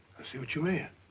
see what you mean?